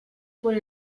por